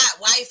wife